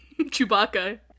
Chewbacca